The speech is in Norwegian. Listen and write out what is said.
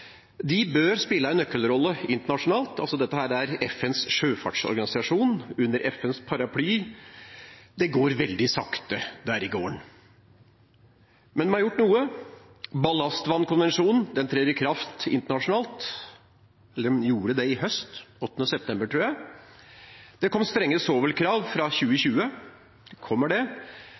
De bør spille en nøkkelrolle internasjonalt, for dette er altså FNs sjøfartsorganisasjon, under FNs paraply. Det går veldig sakte der i gården. Men de har gjort noe. Ballastvannkonvensjonen trådte i kraft internasjonalt i høst, den 8. september. Det kommer strengere svovelkrav fra 2020, og det